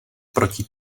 proti